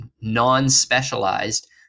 non-specialized